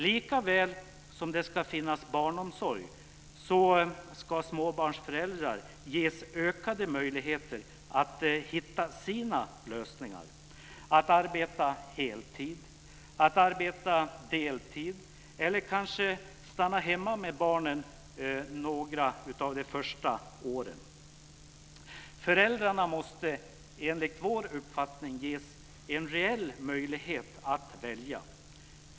Likaväl som det ska finnas barnomsorg, ska småbarnsföräldrar ges ökade möjligheter att hitta sina lösningar, att arbeta heltid, att arbeta deltid eller kanske stanna hemma med barnen några av de första åren. Föräldrarna måste enligt vår uppfattning ges en reell möjlighet att välja.